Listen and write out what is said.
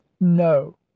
No